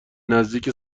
نزدیک